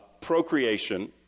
Procreation